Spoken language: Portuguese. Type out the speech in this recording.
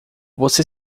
você